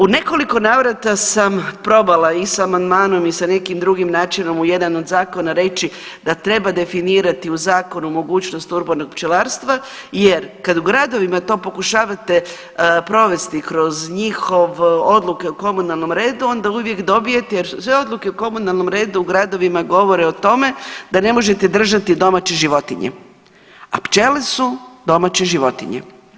U nekoliko navrata sam probala i sa amandmanom i sa nekim drugim načinom u jedan od zakona reći da treba definirati u zakonu mogućnost urbanog pčelarstva, jer kad u gradovima to pokušavate provesti kroz njihove odluke o komunalnom redu, onda uvijek dobijete jer sve odluke o komunalnom redu u gradovima govore o tome da ne možete držati domaće životinje, a pčele su domaće životinje.